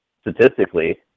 statistically